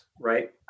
right